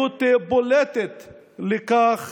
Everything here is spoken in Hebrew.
עדות בולטת לכך